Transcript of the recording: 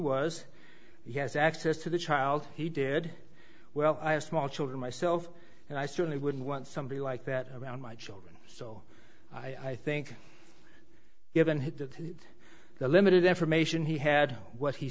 was he has access to the child he did well i have small children myself and i certainly wouldn't want somebody like that around my children so i think given the limited information he had what he